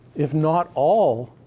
if not all,